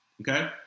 Okay